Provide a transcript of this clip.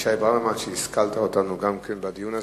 אבישי ברוורמן, שהשכלת אותנו גם כן בדיון הזה.